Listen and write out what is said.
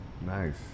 Nice